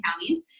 counties